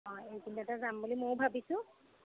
অঁ এইকেইদিনতে যাম বুলি মইয়ো ভাবিছো